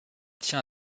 tient